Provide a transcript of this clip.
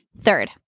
Third